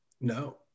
No